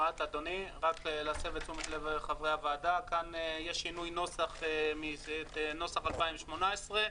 רק כדי להסב את תשומת לב חברי הוועדה: כאן יש שינוי נוסח מנוסח 2018,